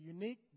unique